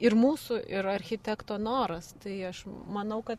ir mūsų ir architekto noras tai aš manau kad